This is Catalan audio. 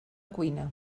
cuina